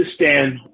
understand